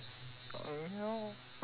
um you know